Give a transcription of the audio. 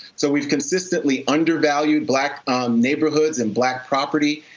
so, we've consistently undervalued black neighborhoods and black property.